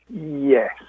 Yes